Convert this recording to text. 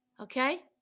okay